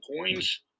coins